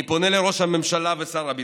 אני פונה לראש הממשלה ושר הביטחון: